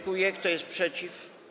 Kto jest przeciw?